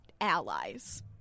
allies